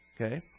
Okay